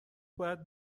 باید